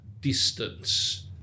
distance